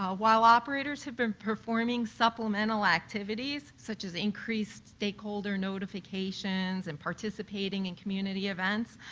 while while operators have been performing supplemental activities such as increased stakeholder notifications and participating in community events,